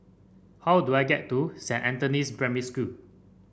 how do I get to Saint Anthony's Primary School